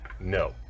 No